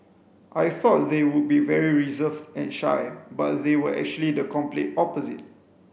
I thought they would be very reserved and shy but they were actually the complete opposite